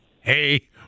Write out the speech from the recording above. Hey